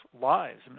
lives